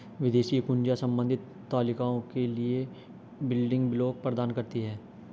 विदेशी कुंजियाँ संबंधित तालिकाओं के लिए बिल्डिंग ब्लॉक प्रदान करती हैं